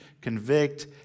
convict